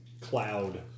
cloud